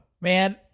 Man